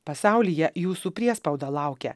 pasaulyje jūsų priespauda laukia